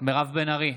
מירב בן ארי,